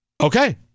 Okay